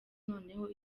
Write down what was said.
noneho